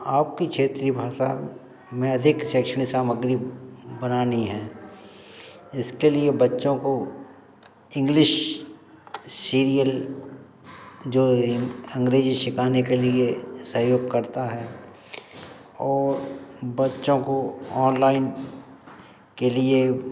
आपकी क्षेत्रीय भासा में अधिक शैक्षणिक सामग्री बनानी है इसके लिए बच्चों को इंग्लिश सीरियल जो अंग्रेज़ी सिकाने के लिए सहयोग करता है और बच्चों को ऑनलाइन के लिए